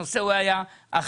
הנושא היה אחר,